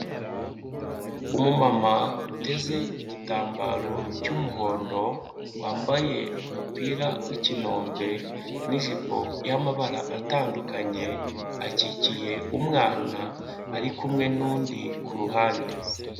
Umumama uteze igitambaro cy'umuhondo, wambaye umupira w'ikinombe n'ijipo y'amabara atandukanye, akikiye umwana ari kumwe n'undi ku ruhande.